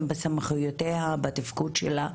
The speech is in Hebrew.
לעניין אחריותה והתפקוד שלה,